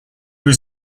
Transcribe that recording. was